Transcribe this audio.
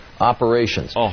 operations